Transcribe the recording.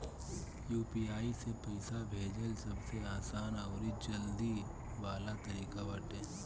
UPI से पईसा भेजल सबसे आसान अउरी जल्दी वाला तरीका बाटे